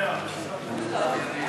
1